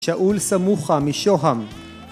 שאול סמוחה משוהם